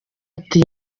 ati